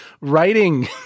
writing